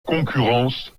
concurrence